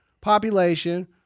population